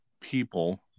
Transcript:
people